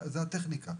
זו הטכניקה.